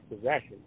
possession